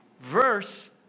Verse